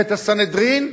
ואת הסנהדרין,